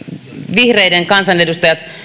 vihreiden kansanedustajat